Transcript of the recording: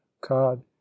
cod